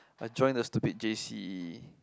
I joined the stupid j_c